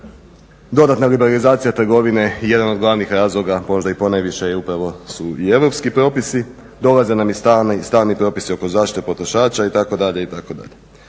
Dodatna liberalizacija trgovine je jedan od glavnih razloga, možda i ponajviše upravo su i europski propisi. Dolaze nam i stalni propisi oko zaštite potrošača itd.